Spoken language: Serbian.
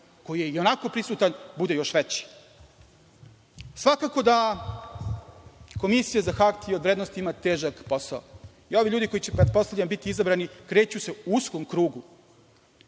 koji je i onako prisutan, bude još veći. Svakako da Komisija za hartije od vrednosti ima težak posao. Ovi ljudi koji će, pretpostavljam, biti izabrani, kreću se u uskom krugu